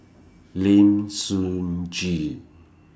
Lim Sun Gee